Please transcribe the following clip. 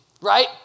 right